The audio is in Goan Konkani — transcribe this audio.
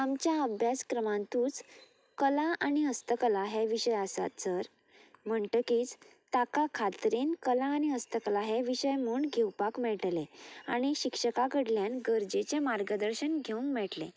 आमच्या अभ्यासक्रमांतूच कला आनी हस्तकला हे विशय आसात सर म्हणटकीच ताका खात्रेन कला आनी हस्तकला हे विशय म्हूण घेवपाक मेळटले आणी शिक्षका कडल्यान गरजेचे मार्गदर्शन घेवंक मेळटलें